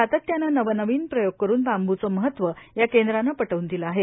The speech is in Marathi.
सातत्यानं नवनवीन प्रयोग करून बांबूचं महत्व या केंद्रानं पटवून दिलं आहेत